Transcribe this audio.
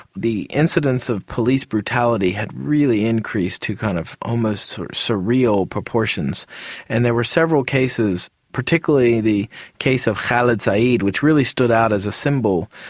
the incidence of police brutality had really increased to kind of almost surreal proportions and there were several cases particularly the case of khaled so said, which really stood out as a symbol.